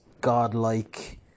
...godlike